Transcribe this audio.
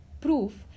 proof